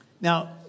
now